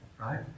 right